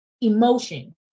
emotion